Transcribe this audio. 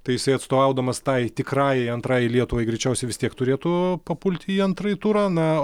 tai jisai atstovaudamas tai tikrajai antrajai lietuvai greičiausiai vis tiek turėtų papulti į antrąjį turą na